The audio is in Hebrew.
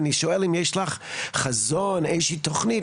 אני שואל אם יש לך חזון, איזו שהיא תכנית.